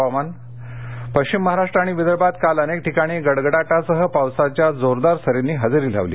हवामान पश्चिम महाराष्ट्र आणि विदर्भात काल अनेक ठिकाणी गडगडाटासह पावसाच्या जोरदार सरींनी हजेरी लावली